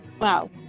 Wow